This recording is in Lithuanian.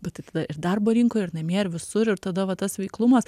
bet tai tada ir darbo rinkoj ir namie ir visur ir tada va tas veiklumas